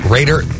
Raider